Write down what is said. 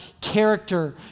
character